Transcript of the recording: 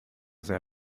sehr